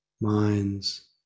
minds